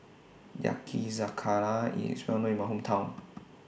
Yakizakana IS Well known in My Hometown